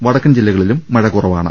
വടക്കൻ ജില്ലകളിലും മഴ കുറവാണ്